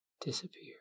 disappear